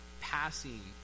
passing